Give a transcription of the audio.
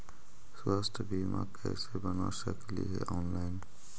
स्वास्थ्य बीमा कैसे बना सकली हे ऑनलाइन?